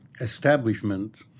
establishment